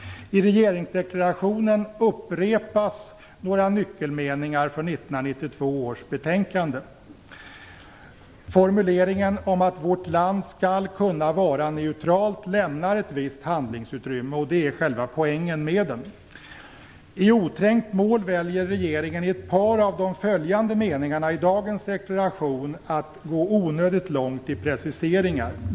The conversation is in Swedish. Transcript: I regeringsdeklarationen upprepas nyckelmeningen från 1992 års betänkande. Formuleringen "vårt land skall kunna vara neutralt" lämnar ett visst handlingsutrymme. Det är själva poängen med den. I oträngt mål väljer regeringen i ett par av de följande meningarna i dagens deklaration att gå onödigt långt i preciseringar.